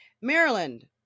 Maryland